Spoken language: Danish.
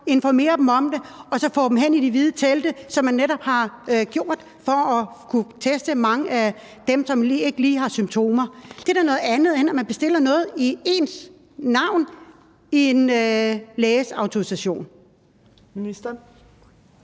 informere dem om det og så få dem hen i de hvide telte, som man netop har lavet for at kunne teste mange af dem, som ikke lige har symptomer. Det er da noget andet, end at det bliver bestilt i ens navn uden en læges autorisation. Kl.